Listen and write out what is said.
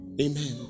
amen